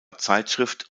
zeitschrift